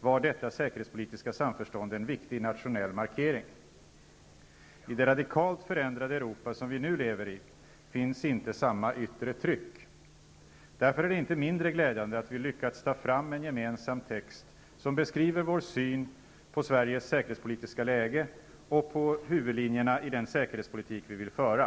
var detta säkerhetspolitiska samförstånd en viktig nationell markering. I det radikalt förändrade Europa som vi nu lever i finns inte samma yttre tryck. Därför är det inte mindre glädjande att vi lyckats ta fram en gemensam text som beskriver vår syn på Sveriges säkerhetspolitiska läge och på huvudlinjerna i den säkerhetspolitik vi vill föra.